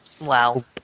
Wow